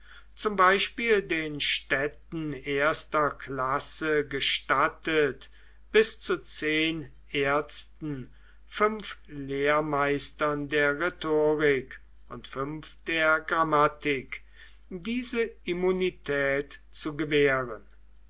zum beispiel den städten erster klasse gestattet bis zu zehn ärzten fünf lehrmeistern der rhetorik und fünf der grammatik diese immunität zu gewähren